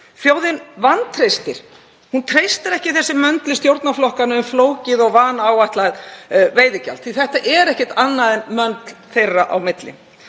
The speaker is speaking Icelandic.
Þjóðin treystir ekki þessu möndli stjórnarflokkanna um flókið og vanáætlað veiðigjald því þetta er ekkert annað en möndl þeirra á milli.